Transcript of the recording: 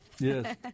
Yes